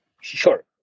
Sure